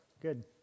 Good